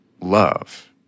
love